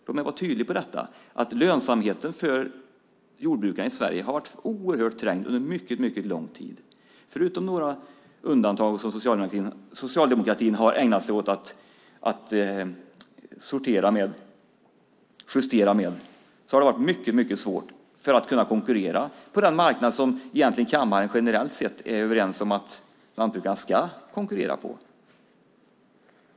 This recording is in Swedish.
Låt mig vara tydlig med att lönsamheten för jordbrukare i Sverige har varit oerhört trängd under mycket lång tid. Förutom några undantag som Socialdemokraterna har ägnat sig åt att justera med har det varit mycket svårt för att kunna konkurrera på den marknad som kammaren generellt sett överens om att lantbrukarna ska konkurrera på.